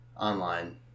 online